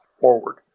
forward